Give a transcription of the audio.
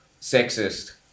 sexist